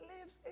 lives